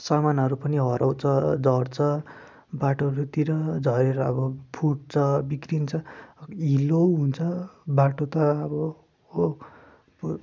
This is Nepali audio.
सामानहरू पनि हराउँछ झर्छ बाटोहरूतिर झरेर अब फुट्छ बिग्रिन्छ हिलो हुन्छ बाटो त अब हो अब